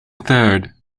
third